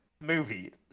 movie